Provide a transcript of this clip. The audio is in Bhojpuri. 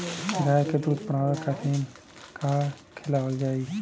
गाय क दूध बढ़ावे खातिन का खेलावल जाय?